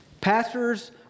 Pastors